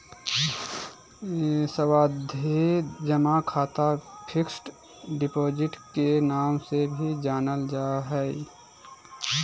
सावधि जमा खाता फिक्स्ड डिपॉजिट के नाम से भी जानल जा हय